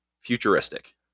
Futuristic